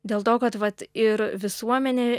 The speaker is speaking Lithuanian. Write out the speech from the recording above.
dėl to kad vat ir visuomenė